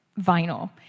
vinyl